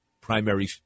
primary